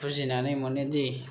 बुजिनानै मोनोदि